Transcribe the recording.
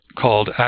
called